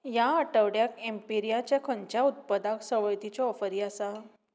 ह्या आठवड्याक ऍम्पेरयाच्या खंयच्या उत्पादाक सवलतीच्यो ऑफरी आसात